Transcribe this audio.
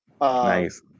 Nice